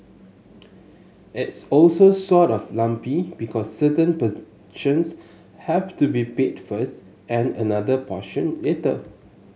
it's also sort of lumpy because certain have to be paid first and another portion later